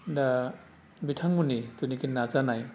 दा बिथांमोननि जिनोखि नाजानाय